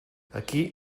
aquí